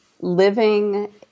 living